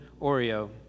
Oreo